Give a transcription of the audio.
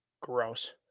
gross